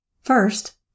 First